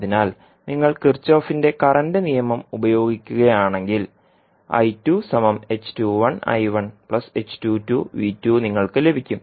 അതിനാൽ നിങ്ങൾ കിർചോഫിന്റെ കറന്റ് നിയമം Kirchhoff's current law ഉപയോഗിക്കുകയാണെങ്കിൽ നിങ്ങൾക്ക് ലഭിക്കും